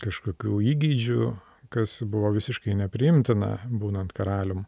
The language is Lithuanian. kažkokių įgeidžių kas buvo visiškai nepriimtina būnant karalium